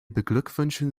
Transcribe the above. beglückwünschen